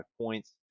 points